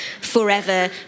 forever